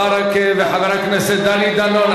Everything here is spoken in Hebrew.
חבר הכנסת ברכה וחבר הכנסת דני דנון,